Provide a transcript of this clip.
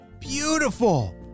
beautiful